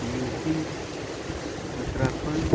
UP Uttarakhand